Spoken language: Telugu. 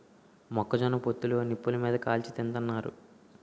మొక్క జొన్న పొత్తులు నిప్పులు మీది కాల్చి తింతన్నారు